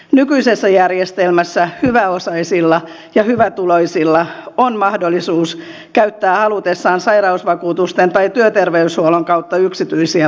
nykyisessä järjestelmässä hyväosaisilla ja hyvätuloisilla on mahdollisuus käyttää halutessaan sairausvakuutusten tai työterveyshuollon kautta yksityisiä palveluita